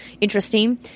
interesting